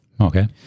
Okay